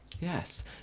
Yes